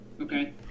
Okay